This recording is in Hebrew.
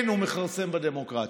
כן, הוא מכרסם בדמוקרטיה.